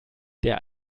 der